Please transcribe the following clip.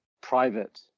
private